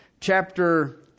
chapter